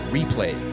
Replay